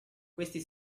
questi